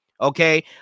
Okay